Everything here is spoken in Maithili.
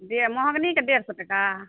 डेढ़ महोगनी कऽ डेढ़ सए टका